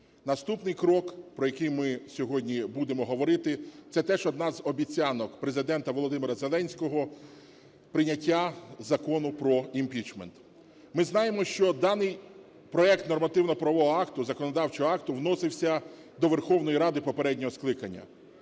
Наступний крок, про який ми сьогодні будемо говорити, це теж одна з обіцянок Президента Володимира Зеленського – прийняття Закону про імпічмент. Ми знаємо, що даний проект нормативно-правового акту, законодавчого акту вносився до Верховної Ради попереднього скликання.